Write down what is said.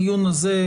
הדיון הזה,